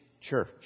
church